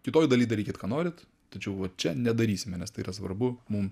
kitoj daly darykit ką norit tačiau va čia nedarysime nes tai yra svarbu mum